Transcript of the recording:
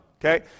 okay